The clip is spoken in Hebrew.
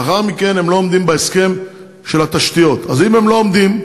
לאחר מכן הם לא עומדים בהסכם של התשתיות.